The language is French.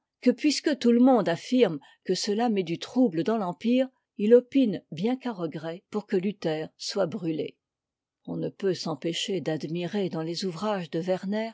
que puisque tout le monde af crme que cela met du trouble dans l'empire il opine bien qu'à regret pour que luther soit brute on ne peut s'empêcher d'admirer dans les ouvrages de